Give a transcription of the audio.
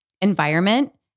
environment